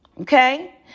Okay